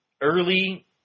early